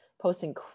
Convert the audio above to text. posting